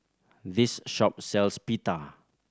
this shop sells Pita